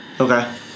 Okay